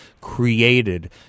created